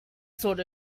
sort